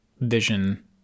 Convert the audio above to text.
vision